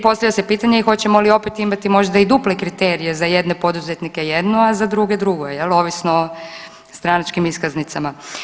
Postavlja se pitanje i hoćemo li opet imati možda i duple kriterije, za jedne poduzetnike jedno, a za druge drugo, je li ovisno o stranačkim iskaznicama.